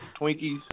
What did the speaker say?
Twinkies